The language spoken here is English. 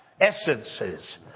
essences